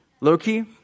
Loki